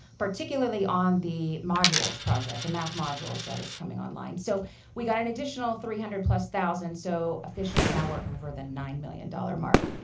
particularly on the modules project, the math modules that is coming online. so we got an additional three hundred plus thousand, so officially we're over the nine million mark.